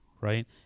right